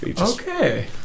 okay